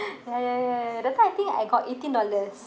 ya ya ya that's why I think I got eighteen dollars